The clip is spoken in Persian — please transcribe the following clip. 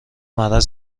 داره